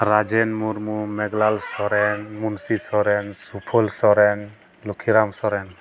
Rajen Murmu Meghlal Soren Munshi Soren Suphal Soren Lakhiram Soren